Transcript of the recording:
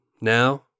Now